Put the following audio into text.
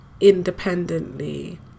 independently